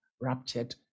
raptured